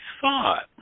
thought